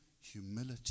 humility